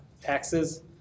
taxes